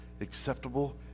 acceptable